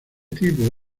tipo